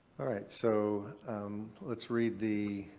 alright. so let's read the.